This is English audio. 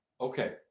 Okay